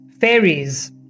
Fairies